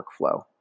workflow